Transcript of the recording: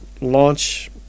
launch